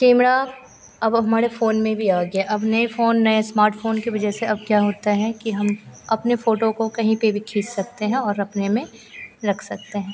camera अब हमारे phone में भी आ गया अब नए फ़ोन नए स्मार्ट फ़ोन की वज़ह से अब क्या होता है कि हम अपनी फ़ोटो को कहीं पर भी खींच सकते हैं और अपने में रख सकते हैं